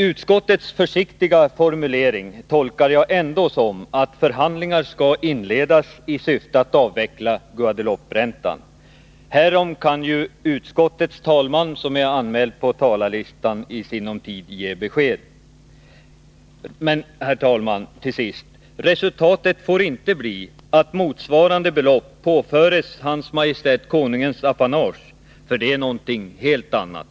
Utskottets försiktiga formulering tolkar jag så att förhandlingar skall inledas i syfte att avveckla Guadelouperäntan. Härom kan ju utskottets talesman, som är anmäld på talarlistan, ge besked. Men, herr talman, resultatet får inte bli att motsvarande belopp påföres Hans Majestät Konungens apanage, för det är någonting helt annat.